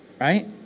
Right